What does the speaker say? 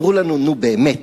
אמרו לנו: נו באמת,